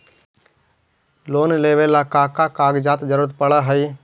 Loan लेवेला का का कागजात जरूरत पड़ हइ?